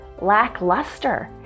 lackluster